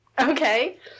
Okay